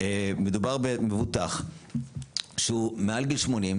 מדובר במבוטח שהוא מעל גיל 80,